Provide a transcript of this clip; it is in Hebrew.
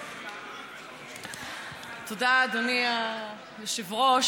תודה, אדוני היושב-ראש.